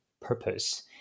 purpose